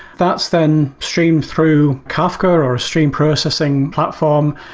that's then streamed through kafka or a streamed processing platform.